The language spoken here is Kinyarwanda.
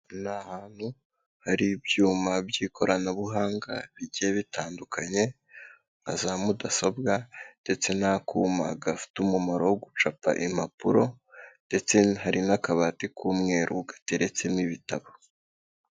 Ni ahantu hari ibyuma by'ikoranabuhanga bigiye bitandukanye, na za mudasobwa ndetse n'akuma gafite umumaro wo gucapa impapuro ndetse hari n'akabati k'umweru gateretsemo ibitabo.